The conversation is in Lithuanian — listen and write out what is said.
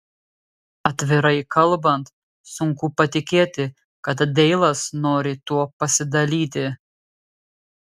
atvirai kalbant sunku patikėti kad deilas nori tuo pasidalyti